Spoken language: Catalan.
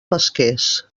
pesquers